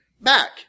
back